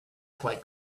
quite